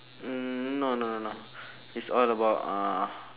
mm no no no no it's all about uh